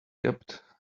kept